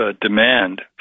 demand